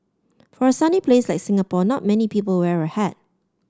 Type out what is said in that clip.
for a sunny places like Singapore not many people wear a hat